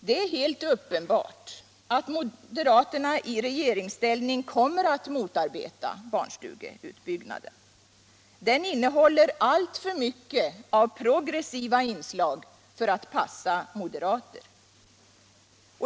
Det är helt uppenbart att moderaterna i regeringsställning kommer att motarbeta barnstugeutbyggnaden. Den innehåller alltför mycket av progressiva inslag för att passa moderaterna.